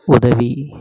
உதவி